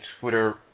Twitter